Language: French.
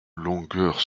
longueur